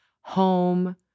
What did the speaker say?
home